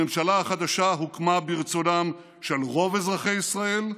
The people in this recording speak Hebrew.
הממשלה החדשה הוקמה ברצונם של רוב אזרחי ישראל,